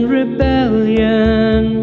rebellion